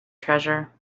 treasure